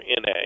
NA